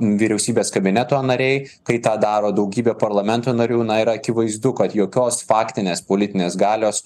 vyriausybės kabineto nariai kai tą daro daugybė parlamento narių na ir akivaizdu kad jokios faktinės politinės galios